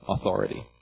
authority